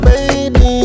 Baby